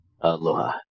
Aloha